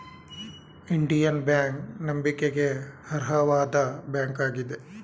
Indian bank ನಂಬಿಕೆಗೆ ಅರ್ಹವಾದ bank ಆಗಿದೆ